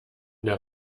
der